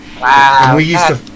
Wow